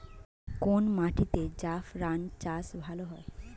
কোন মাটিতে জাফরান চাষ ভালো হয়?